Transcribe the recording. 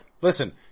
Listen